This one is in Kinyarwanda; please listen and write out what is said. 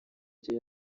gihe